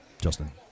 Justin